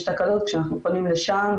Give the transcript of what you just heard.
יש תקלות כשאנחנו פונים לשע"ם,